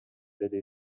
деди